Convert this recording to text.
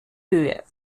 höhe